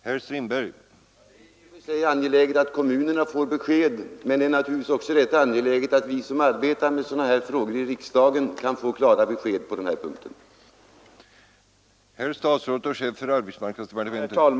Herr talman! Det är i och för sig angeläget att kommunerna får besked, men det är naturligtvis också angeläget att vi som arbetar med sådana här frågor i riksdagen får klara besked. att förbättra sysselsättningen i västra Hälsingland